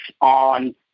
on